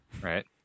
right